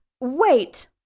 Wait